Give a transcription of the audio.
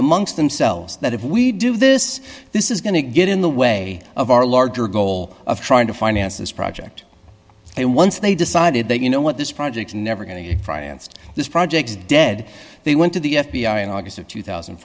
the monks themselves that if we do this this is going to get in the way of our larger goal of trying to finance this project and once they decided that you know what this project's never going to get financed this project is dead they went to the f b i in august of two thousand